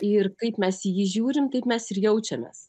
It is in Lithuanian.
ir kaip mes į jį žiūrim taip mes ir jaučiamės